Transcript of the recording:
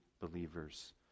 believers